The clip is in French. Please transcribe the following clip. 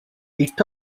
est